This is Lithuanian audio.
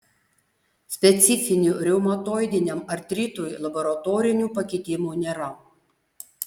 specifinių reumatoidiniam artritui laboratorinių pakitimų nėra